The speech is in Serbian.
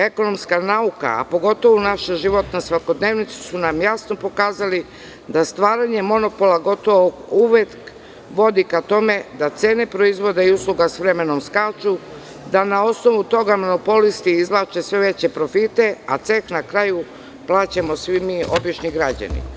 Ekonomska nauka, a pogotovo naša životna svakodnevnica su nam jasno pokazali da stvaranje monopola gotovo uvek vodi ka tome da cene proizvoda i usluga s vremenom skaču, da na osnovu toga monopolisti izvlače sve veče profite,a ceh na kraju plaćamo svi mi obični građani.